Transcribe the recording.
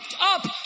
up